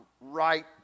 right